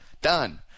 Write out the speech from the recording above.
Done